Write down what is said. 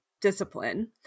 discipline